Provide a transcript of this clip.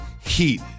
Heat